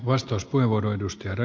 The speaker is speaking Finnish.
arvoisa puhemies